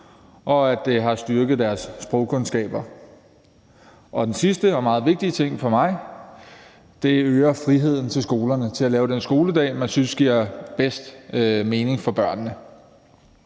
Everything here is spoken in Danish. og at det har styrket deres sprogkundskaber. Og den sidste og meget vigtige ting for mig er, at det øger friheden for skolerne til at lave den skoledag, man synes giver bedst mening for børnene.